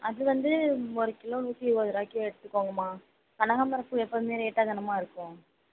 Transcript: அது வந்து ஒரு கிலோ நூற்றி இருபது ரூபாய்க்கு எடுத்துக்கோங்கம்மா கனகாம்பரப்பூ எப்போதுமே ரேட்டாக தானேமா இருக்கும்